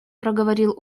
проговорил